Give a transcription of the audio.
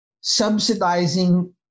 subsidizing